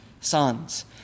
sons